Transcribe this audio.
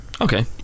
okay